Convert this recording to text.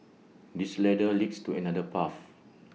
this ladder leads to another path